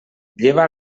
lleva